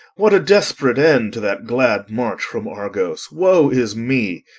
what a desperate end to that glad march from argos! woe is me!